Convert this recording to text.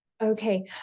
Okay